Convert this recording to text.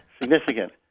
significant